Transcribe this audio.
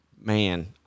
man